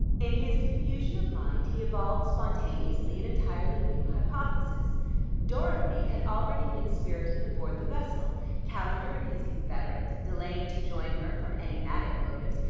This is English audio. in his confusion of mind he evolved spontaneously an entirely new hypothesis dorothy had already been spirited aboard the vessel calendar and his confederate, delaying to join her from enigmatic motives,